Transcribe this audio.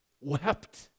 wept